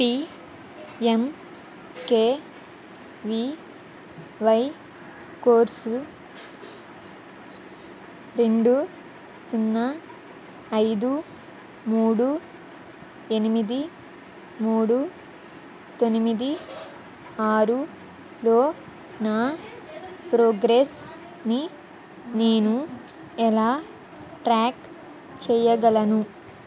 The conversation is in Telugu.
పిఎంకెవివై కోర్సు రెండు సున్నా ఐదు మూడు ఎనిమిది మూడు తొనిమిది ఆరులో నా ప్రోగ్రెస్ని నేను ఎలా ట్రాక్ చెయ్యగలను